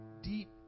deep